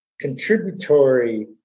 contributory